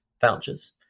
vouchers